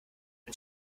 ein